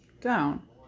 down